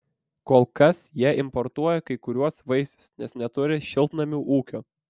kol kas jie importuoja kai kuriuos vaisius nes neturi šiltnamių ūkio